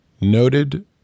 Noted